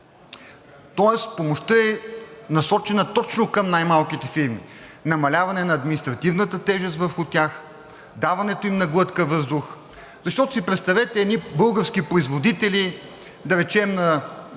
Тоест помощта е насочена точно към най-малките фирми – намаляване на административната тежест върху тях, даването им на глътка въздух, защото си представете – едни български производители, да речем на